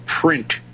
print